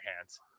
hands